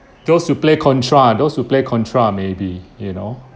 those who play contra those who play contra maybe you know